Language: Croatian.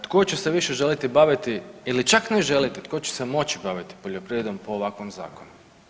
Tko će se više želiti baviti ili čak ne želiti, tko će se moći baviti poljoprivredom po ovakvom zakonu?